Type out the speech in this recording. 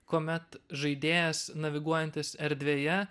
kuomet žaidėjas naviguojantis erdvėje